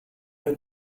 you